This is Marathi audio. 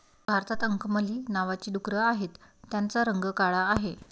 भारतात अंकमली नावाची डुकरं आहेत, त्यांचा रंग काळा आहे